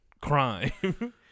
crime